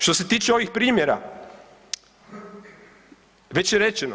Što se tiče ovih primjera, već je rečeno.